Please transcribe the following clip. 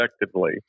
effectively